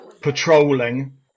patrolling